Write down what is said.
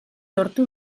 lortu